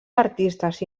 artistes